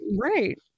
right